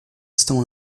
estão